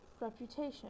reputation